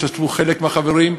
השתתפו חלק מהחברים,